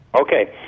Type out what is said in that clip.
Okay